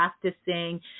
practicing